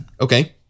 Okay